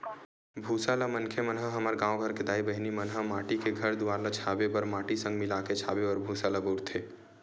भूसा ल मनखे मन ह हमर गाँव घर के दाई बहिनी मन ह माटी के घर दुवार ल छाबे बर माटी संग मिलाके छाबे बर भूसा ल बउरथे